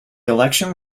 election